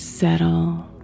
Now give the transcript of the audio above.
Settle